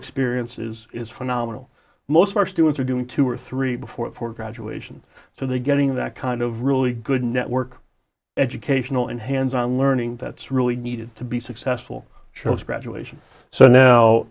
experience is is phenomenal most of our students are doing two or three before for graduation so they're getting that kind of really good network educational and hands on learning that's really needed to be successful shows graduation so now